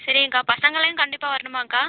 சரிங்கக்கா பசங்களையும் கண்டிப்பாக வரணுமாக்கா